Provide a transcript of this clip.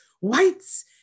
whites